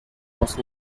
was